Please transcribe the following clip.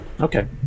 Okay